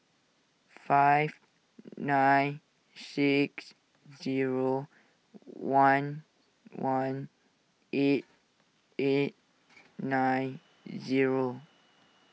five nine six zero one one eight eight nine zero